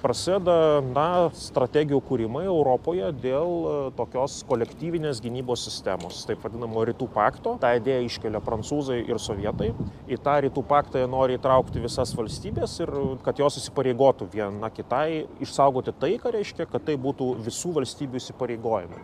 prasideda na strategijų kūrimai europoje dėl tokios kolektyvinės gynybos sistemos taip vadinamo rytų pakto tą idėją iškelia prancūzai ir sovietai į tą rytų paktą nori įtraukti visas valstybės ir kad jos įsipareigotų viena kitai išsaugoti taiką reiškia kad tai būtų visų valstybių įsipareigojimai